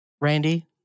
Randy